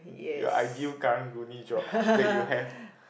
your ideal Karang-Guni job that you have